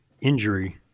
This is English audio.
injury